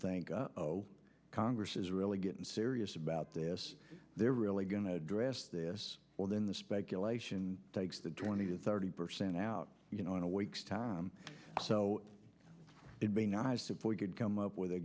think oh congress is really getting serious about this they're really going to address this more than the speculation takes that twenty to thirty percent out you know in a week's time so it be nice if we could come up with a